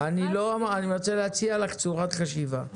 --- אני רוצה להציע לך צורת חשיבה.